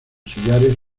sillares